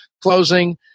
closing